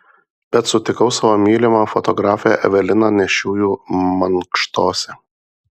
bet sutikau savo mylimą fotografę eveliną nėščiųjų mankštose